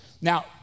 Now